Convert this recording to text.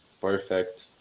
perfect